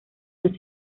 del